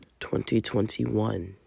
2021